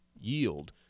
yield